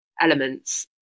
elements